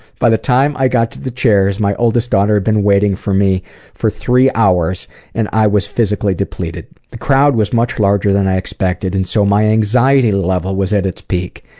by the time i got to the chairs, my oldest daughter had been waiting for me for three hours and i was physically depleted. the crowd was much larger than i had expected and so my anxiety level was at its peak.